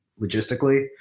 logistically